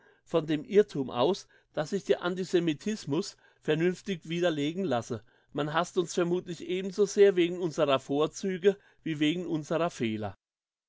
von dem irrthum aus dass sich der antisemitismus vernünftig widerlegen lasse man hasst uns vermuthlich ebensosehr wegen unserer vorzüge wie wegen unserer fehler